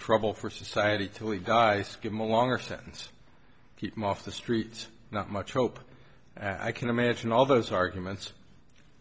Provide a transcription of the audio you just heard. trouble for society to leave guy skim along or sentence keep him off the streets not much hope i can imagine all those arguments